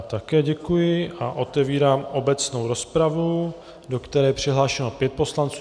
Také děkuji a otevírám obecnou rozpravu, do které je přihlášeno pět poslanců.